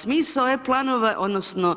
Smisao e planova, odnosno